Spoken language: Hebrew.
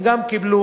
הם גם קיבלו,